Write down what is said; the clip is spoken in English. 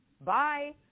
Bye